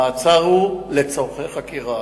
המעצר הוא לצורכי חקירה.